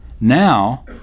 Now